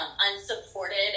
unsupported